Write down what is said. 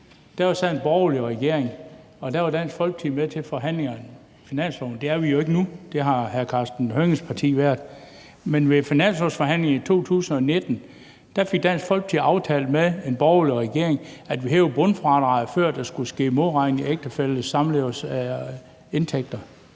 sad der en borgerlig regering, og der var Dansk Folkeparti med til forhandlingerne om finansloven. Det er vi jo ikke nu; det har hr. Karsten Hønges parti været. Men ved finanslovsforhandlingerne i 2019 fik Dansk Folkeparti aftalt med en borgerlig regering at hæve bundfradraget, før der skulle ske modregning i ægtefælles eller samlevers indtægter.